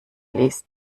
liest